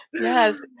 yes